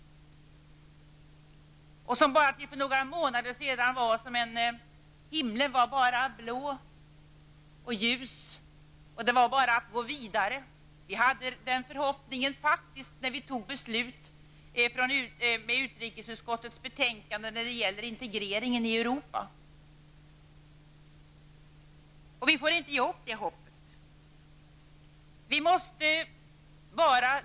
Till för några månader sedan var himlen bara blå och ljus, och det var bara att gå vidare. Vi hade faktiskt den inställningen när vi tog beslut med anledning av utrikesutskottets betänkande om integreringen i Europa. Vi får inte ge upp det hoppet.